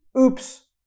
oops